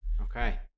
Okay